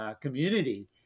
community